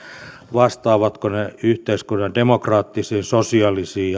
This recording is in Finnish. vastaavatko ne yhteiskunnan demokraattisiin sosiaalisiin